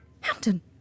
Hampton